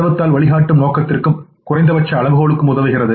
செலவுத் தாள் வழிகாட்டும் நோக்கத்திற்கும் குறைந்தபட்ச அளவுகோலுக்கும் உதவுகிறது